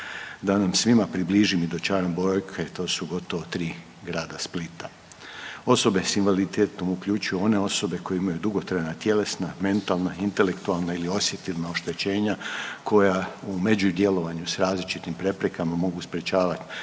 Da nam svima približim i dočaram brojke to su gotovo 3 grada Splita. Osobe s invaliditetom uključuju one osobe koje imaju dugotrajna tjelesna, mentalna, intelektualna ili osjetilna oštećenja koja u međudjelovanju s različitim preprekama mogu sprječavat